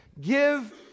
give